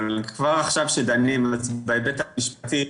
אבל כבר עכשיו שדנים בהיבט המשפטי,